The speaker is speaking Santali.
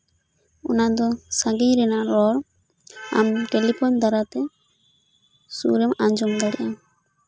ᱚᱱᱟ ᱫᱚ ᱥᱟᱹᱜᱤᱧ ᱨᱚᱲ ᱟᱢ ᱴᱮᱞᱤᱯᱷᱳᱱ ᱫᱟᱨᱟᱭ ᱛᱮ ᱥᱩᱨ ᱨᱮᱢ ᱟᱸᱡᱚᱢ ᱫᱟᱲᱮᱜᱼᱟ